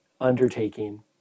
undertaking